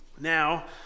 Now